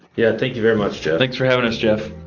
yeah, thank you very much, jeff. thanks for having us, jeff.